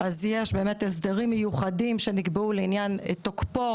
יש הסדרים מיוחדים שנקבעו לעניין תוקפו